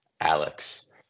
Alex